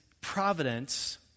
providence